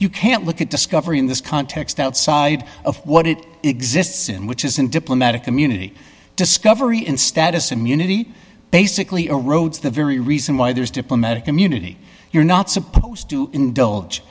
you can't look at discovery in this context outside of what it exists in which is in diplomatic immunity discovery in status immunity basically erodes the very reason why there's diplomatic immunity you're not supposed to indulge